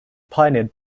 pioneered